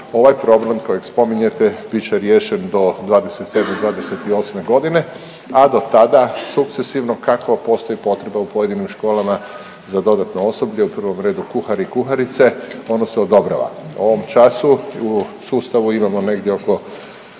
ovaj problem kojeg spominjete bit će riješen do '27./'28. g., a do tada sukcesivno kako postoji potreba u pojedinim školama za dodatno osoblje, u prvom redu kuhari i kuharice, ono se odobrava. U ovom času u sustavu imamo negdje oko